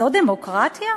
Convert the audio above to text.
זאת דמוקרטיה?